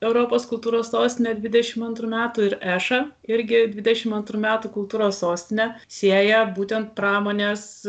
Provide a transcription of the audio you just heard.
europos kultūros sostinę dvidešimt antrų metų ir ešą irgi dvidešimt antrų metų kultūros sostine sieja būtent pramonės